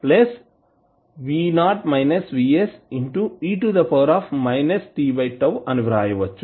e tτ అని వ్రాయవచ్చు